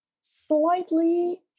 slightly